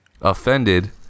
offended